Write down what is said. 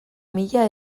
mila